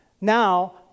now